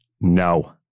no